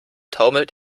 taumelt